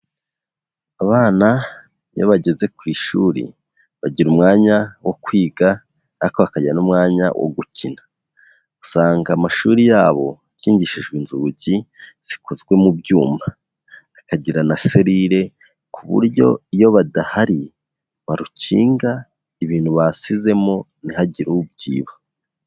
Abana iyo bageze ku ishuri bagira umwanya wo kwiga ariko bakagira n'umwanya wo gukina, usanga amashuri yabo akingishijwe inzugi zikozwe mu byuma, akagira na serile ku buryo iyo badahari barukinga ibintu basizemo ntihagire ubyiba.